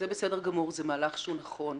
זה בסדר גמור, זה מהלך שהוא נכון.